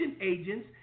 agents